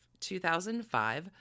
2005